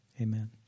amen